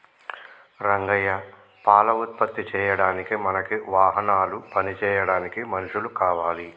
రంగయ్య పాల ఉత్పత్తి చేయడానికి మనకి వాహనాలు పని చేయడానికి మనుషులు కావాలి